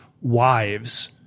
wives